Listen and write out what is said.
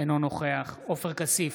אינו נוכח עופר כסיף,